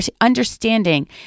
understanding